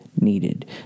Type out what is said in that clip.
needed